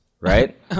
right